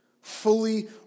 Fully